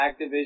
activision